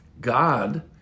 God